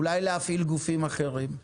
אולי להפעיל גופים אחרים?